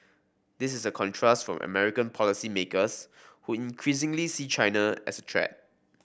this is a contrast from American policymakers who increasingly see China as a threat